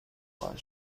خواهد